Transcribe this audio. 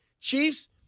Chiefs